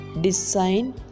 design